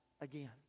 again